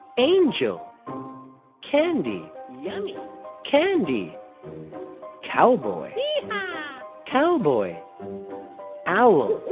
angel candy yeah i mean candy cowboy cowboy owl